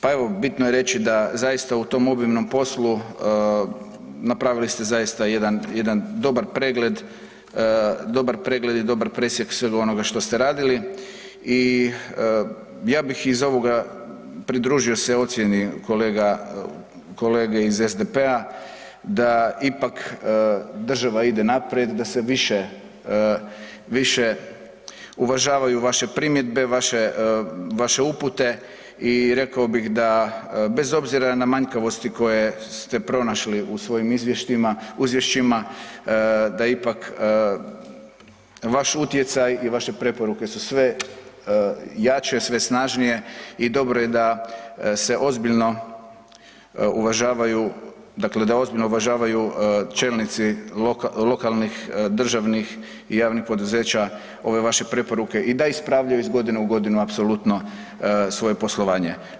Pa evo, bitno je reći da zaista u tom obilnom poslu, napravili ste zaista jedan dobar pregled i dobar presjek svega ono što ste radili i ja bih iz ovoga pridružio se ocjeni kolege iz SDP-a da ipak država ide naprijed, da se više uvažavaju vaše primjedbe, vaše upute i rekao bih da bez obzira na manjkavosti koje ste pronašli u svojim izvješćima, da ipak vaš utjecaj i vaše preporuke su sve jače, sve snažnije i dobro je da se ozbiljno uvažavaju, dakle da ozbiljno uvažavaju čelnici lokalnih, državnih i javnih poduzeća ove vaše preporuke i da ispravljaju iz godine u godinu apsolutno svoje poslovanje.